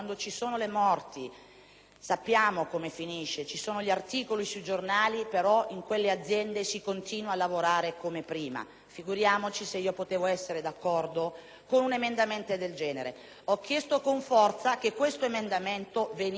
sappiamo come finisce: escono gli articoli sui giornali, però in quelle aziende si continua a lavorare come prima. Figuriamoci se potevo essere d'accordo con un emendamento del genere! Ho chiesto con forza che tale emendamento venisse ritirato